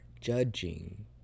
judging